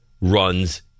runs